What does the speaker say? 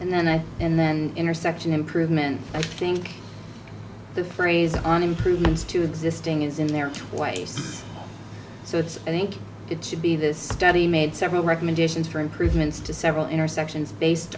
and then that and then intersection improvement i think the phrase on improvements to existing is in there twice so it's i think it should be this study made several recommendations for improvements to several